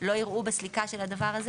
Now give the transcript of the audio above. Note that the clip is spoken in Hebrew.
לא יראו בסליקה של הדבר הזה,